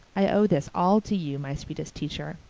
i owe this all to you, my sweetest teacher.